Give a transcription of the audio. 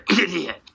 idiot